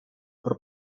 про